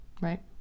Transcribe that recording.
right